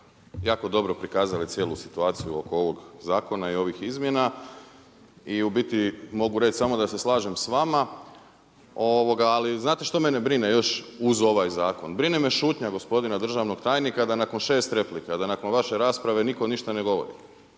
jako dobro prikazali cijelu situaciju oko ovog zakona i ovih izmjena i u biti mogu reći samo da se slažem sa vama. Ali znate što mene brine još uz ovaj zakon? Brine me šutnja gospodina državnog tajnika da nakon šest replika, da nakon vaše rasprave nitko ništa ne govori.